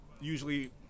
usually